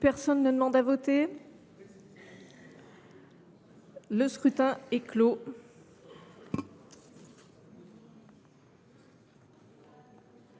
Personne ne demande plus à voter ?… Le scrutin est clos.